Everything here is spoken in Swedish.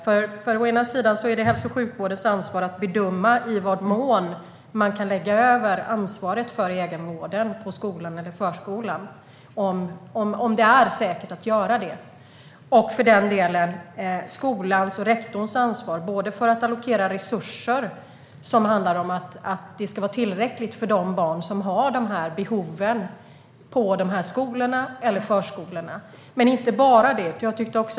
Det är å ena sidan hälso och sjukvårdens ansvar att bedöma i vad mån man kan lägga över ansvaret för egenvården på skolan eller förskolan - om det är säkert att göra det. Det är å andra sidan skolans och rektorns ansvar att allokera tillräckliga resurser för de barn som har de behoven i skolorna eller förskolorna. Det handlar dock inte bara om det.